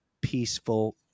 peaceful